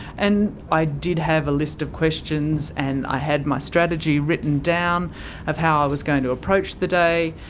and i did have a list of questions and i had my strategy written down of how i was going to approach the day,